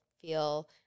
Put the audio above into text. feel